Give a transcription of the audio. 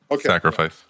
sacrifice